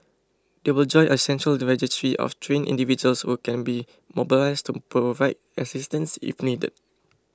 they will then join a central registry of trained individuals who can be mobilised to provide assistance if needed